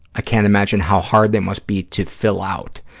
i can't imagine how hard they must be to fill out,